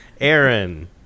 Aaron